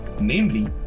namely